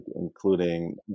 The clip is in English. including